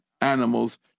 animals